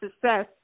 success